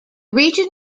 region